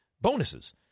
bonuses